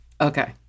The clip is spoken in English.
okay